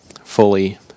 fully